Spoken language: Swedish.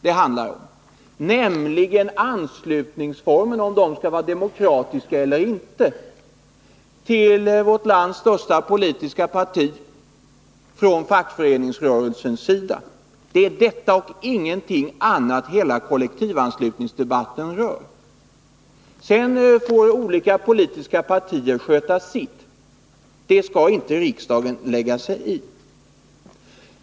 Det gäller huruvida formerna för anslutning till vårt lands största politiska parti från fackföreningsrörelsens sida skall vara demokratiska eller inte. Det är detta och ingenting annat hela kollektivanslutningsdebatten rör. Sedan får olika politiska partier sköta sitt — det skall inte riksdagen lägga sig i.